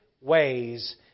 ways